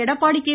Edappadi K